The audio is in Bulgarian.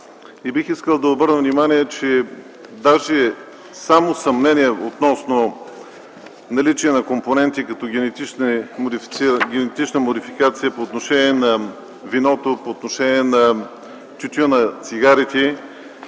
Бих искал да обърна внимание, че даже само съмнение относно наличие на компоненти като генетична модификация по отношение на виното, на тютюна, на цигарите